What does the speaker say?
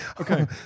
Okay